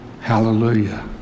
hallelujah